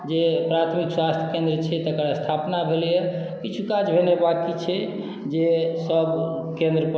जे प्राथमिक स्वास्थ केन्द्र छै तकर स्थापना भेलैया किछु काज भेनाइ बाकी छै जे सब केन्द्र पर